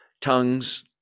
tongues